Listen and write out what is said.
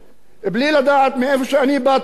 בלי לדעת מי אני,